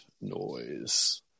noise